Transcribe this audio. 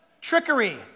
trickery